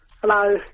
Hello